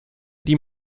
die